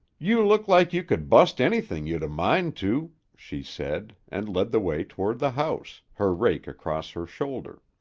you look like you could bust anything you'd a mind to, she said, and led the way toward the house, her rake across her shoulder.